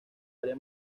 área